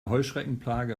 heuschreckenplage